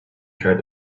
tried